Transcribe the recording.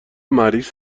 مریض